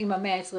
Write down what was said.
במקרה זה,